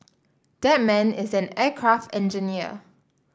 that man is an aircraft engineer